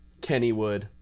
Kennywood